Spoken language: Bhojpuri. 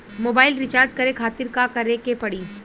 मोबाइल रीचार्ज करे खातिर का करे के पड़ी?